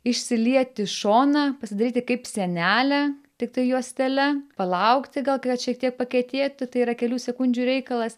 išsilieti šoną pasidaryti kaip sienelę tiktai juostele palaukti gal kad šiek tiek pakentėti tai yra kelių sekundžių reikalas